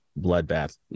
bloodbath